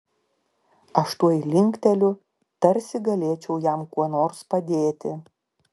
aš tuoj linkteliu tarsi galėčiau jam kuo nors padėti